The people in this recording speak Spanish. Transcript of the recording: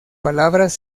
palabras